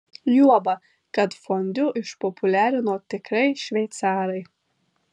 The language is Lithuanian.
juoba kad fondiu išpopuliarino tikrai šveicarai